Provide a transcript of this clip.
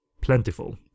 plentiful